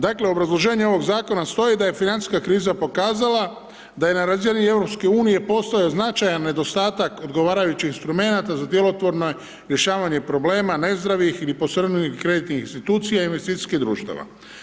Dakle, u obrazloženju ovog zakona stoji da je financijska kriza pokazala da je na razini EU postoje značajan nedostatak odgovarajućih instrumenata za djelotvorno rješavanje problema nezdravih ili posrnulih kreditnih institucija i investicijskih društava.